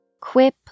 Quip